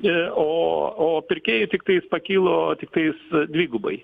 ir o o pirkėjui tiktai pakilo tiktais dvigubai